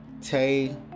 Tay